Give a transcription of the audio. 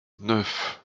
neuf